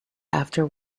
after